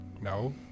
no